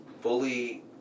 fully